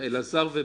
זה בר-רשות.